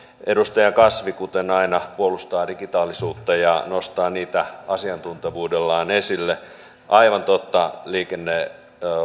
edustaja kasvi kuten aina puolustaa digitaalisuutta ja nostaa niitä asiantuntevuudellaan esille aivan totta liikenne